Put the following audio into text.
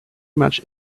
much